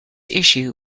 issue